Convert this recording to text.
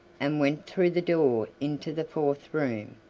and went through the door into the fourth room.